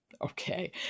Okay